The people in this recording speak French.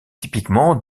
typiquement